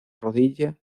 rodilla